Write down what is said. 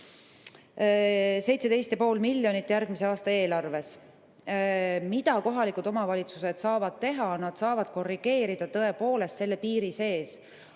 17,5 miljonit on järgmise aasta eelarves. Mida kohalikud omavalitsused saavad teha? Nad saavad korrigeerida tõepoolest selle piiri sees.